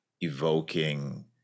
evoking